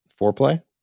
foreplay